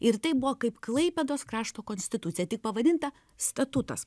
ir tai buvo kaip klaipėdos krašto konstitucija tik pavadinta statutas